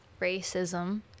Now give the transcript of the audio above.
racism